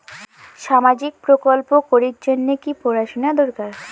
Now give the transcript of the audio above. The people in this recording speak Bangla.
সামাজিক প্রকল্প করির জন্যে কি পড়াশুনা দরকার?